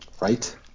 Right